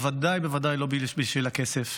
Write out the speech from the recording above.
בוודאי לא בשביל הכסף,